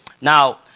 Now